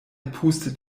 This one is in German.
pustet